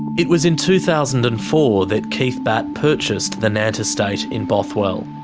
it was in two thousand and four that keith batt purchased the nant estate in bothwell.